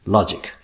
Logic